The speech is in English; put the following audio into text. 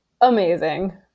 Amazing